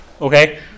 Okay